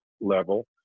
level